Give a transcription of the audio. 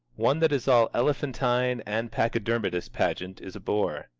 one that is all elephantine and pachydermatous pageant is a bore,